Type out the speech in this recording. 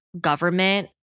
government